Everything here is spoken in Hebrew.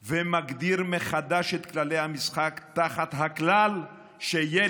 ומגדיר מחדש את כללי המשחק תחת הכלל שירי